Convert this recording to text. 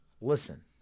Listen